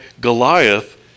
Goliath